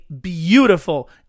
beautiful